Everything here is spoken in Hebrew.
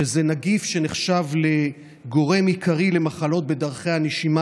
שזה נגיף שנחשב לגורם עיקרי למחלות בדרכי הנשימה